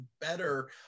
better